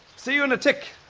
see you in a tick,